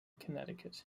connecticut